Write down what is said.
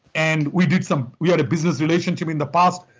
and we did some. we had a business relationship in the past.